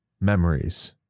memories